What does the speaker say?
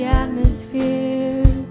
atmosphere